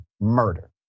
murder